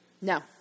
No